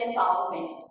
empowerment